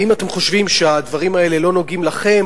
ואם אתם חושבים שהדברים האלה לא נוגעים לכם,